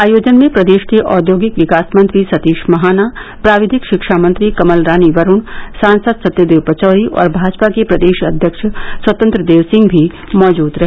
आयोजन में प्रदेश के औद्योगिक विकास मंत्री सतीश महाना प्राविधिक शिक्षा मंत्री कमलरानी वरूण सांसद सत्यदेव पचौरी और भाजपा के प्रदेश अध्यक्ष स्वतंत्रदेव सिंह भी मौजूद रहे